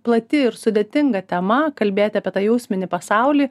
plati ir sudėtinga tema kalbėti apie tą jausminį pasaulį